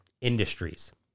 industries